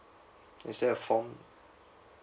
is there a form